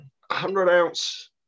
hundred-ounce